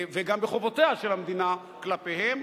וגם בחובותיה של המדינה כלפיהם,